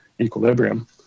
equilibrium